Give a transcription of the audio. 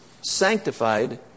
sanctified